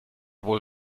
wohl